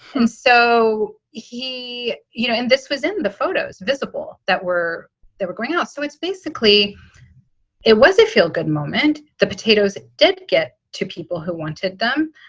and so he you know, and this was in the photos visible that were there were green. ah so it's basically it was a feel good moment. the potatoes did get to people who wanted them.